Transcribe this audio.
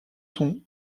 sont